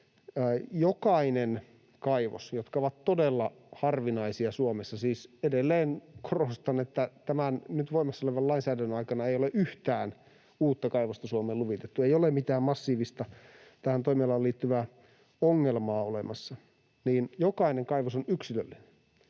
jokainen kaivos — jotka ovat todella harvinaisia Suomessa, siis edelleen korostan, että tämän nyt voimassa olevan lainsäädännön aikana ei ole yhtään uutta kaivosta Suomeen luvitettu, ei ole mitään massiivista tähän toimialaan liittyvää ongelmaa olemassa — on yksilöllinen.